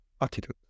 attitude